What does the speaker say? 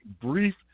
brief